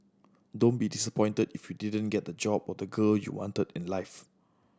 don't be disappointed if you didn't get the job or the girl you wanted in life